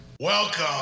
Welcome